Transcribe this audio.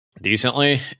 decently